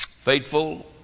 Faithful